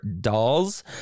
dolls